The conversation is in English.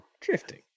drifting